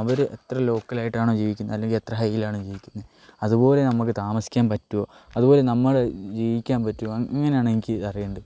അവർ എത്ര ലോക്കലായിട്ടാണോ ജീവിക്കിന്നത് അല്ലെങ്കിൽ എത്ര ഹൈയ്യിലാണ് ജീവിക്കുന്നത് അതുപോലെ നമ്മൾക്ക് താമസിക്കാൻ പറ്റുമോ അതുപോലെ നമ്മൾ ജീവിക്കാൻ പറ്റുമോ അങ്ങനെയാണ് എനിക്ക് അറിയേണ്ടത്